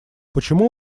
почему